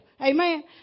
Amen